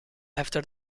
after